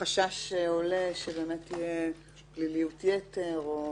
החשש שעולה מפליליות יתר או